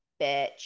bitch